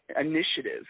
initiative